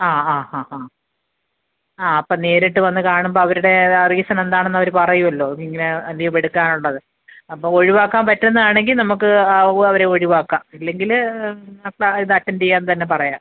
ആ ആ ആ ആ ആ അപ്പം നേരിട്ട് വന്നു കാണുമ്പം അവരുടേ ആ റീസൺ എന്താണെന്ന് അവർ പറയുമല്ലോ ഇങ്ങനെ ലീവെടുക്കാനുള്ളത് അപ്പം ഒഴിവാക്കാൻ പറ്റുമെന്നാണെങ്കിൽ നമുക്ക് അവരെ ഒഴിവാക്കാം ഇല്ലെങ്കിൽ അപ്പം ഇത് അറ്റൻ്റ് ചെയ്യാൻ തന്നെ പറയാം